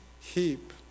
heap